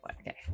okay